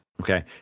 Okay